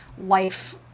life